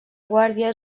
guàrdia